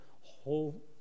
whole